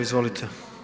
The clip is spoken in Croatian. Izvolite.